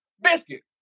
biscuit